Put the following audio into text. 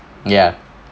ya